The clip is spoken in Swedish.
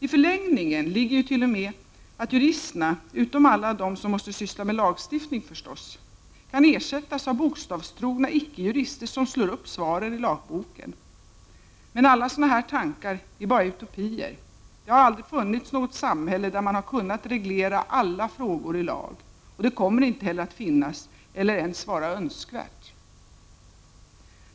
I förlängningen ligger ju t.o.m. att juristerna — utom alla de som måste syssla med lagstiftning förstås — kan ersättas av bokstavstrogna icke-jurister som slår upp svaren i lagboken. Men alla sådana här tankar är bara utopier. Det har aldrig funnits något samhälle där man har kunnat reglera alla frågor i lag, och det kommer inte heller att finnas eller ens vara önskvärt.